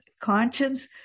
conscience